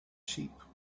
sheep